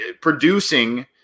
producing